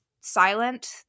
silent